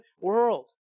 world